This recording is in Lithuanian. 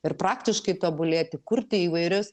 ir praktiškai tobulėti kurti įvairius